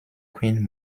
queen